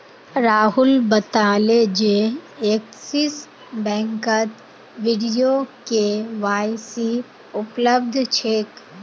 राहुल बताले जे एक्सिस बैंकत वीडियो के.वाई.सी उपलब्ध छेक